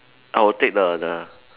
I will take the the